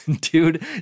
Dude